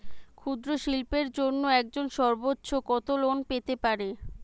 ক্ষুদ্রশিল্পের জন্য একজন সর্বোচ্চ কত লোন পেতে পারে?